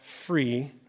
free